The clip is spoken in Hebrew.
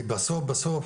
כי, בסוף בסוף,